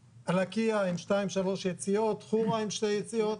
לקיה עם שתיים שלוש יציאות, חורה עם שתי יציאות.